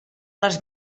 les